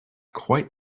quite